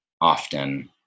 often